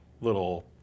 little